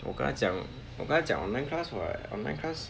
我跟他讲我跟他讲 online class [what] online class